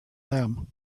them